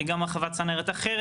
גם הרחבת צנרת אחרת.